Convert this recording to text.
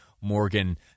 Morgan